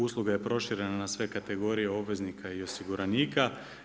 Usluga je proširena na sve kategorije obveznika i osiguranika.